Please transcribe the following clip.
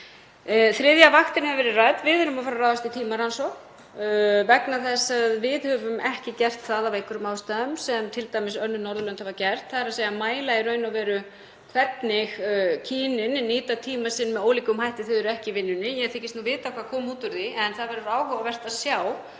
Þriðja vaktin hefur verið rædd. Við erum að fara að ráðast í tímarannsókn vegna þess að við höfum ekki gert það af einhverjum ástæðum sem t.d. önnur Norðurlönd hafa gert, þ.e. að mæla hvernig kynin nýta tíma sinn með ólíkum hætti þegar þau eru ekki í vinnunni. Ég þykist vita hvað kemur út úr því en það verður áhugavert að sjá.